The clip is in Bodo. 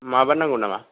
माबा नांगौ नामा